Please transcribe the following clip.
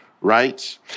right